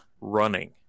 running